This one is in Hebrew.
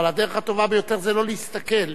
אבל הדרך הטובה ביותר זה לא להסתכל,